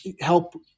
help